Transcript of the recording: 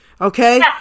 Okay